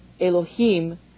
Elohim